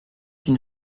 une